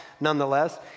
nonetheless